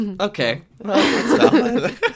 okay